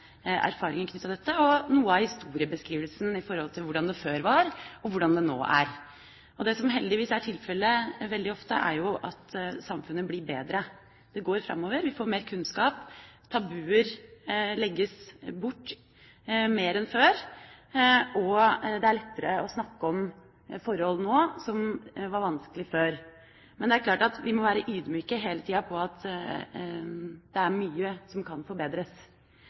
erfaringer knyttet til dette, og noe av historiebeskrivelsen av hvordan det før var, og hvordan det nå er. Det som heldigvis er tilfellet veldig ofte, er at samfunnet blir bedre. Det går framover, vi får mer kunnskap, tabuer legges bort mer enn før, og det er lettere nå å snakke om forhold som det var vanskelig å snakke om før. Men det er klart at vi må være ydmyke hele tida på at det er mye som kan forbedres.